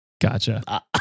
Gotcha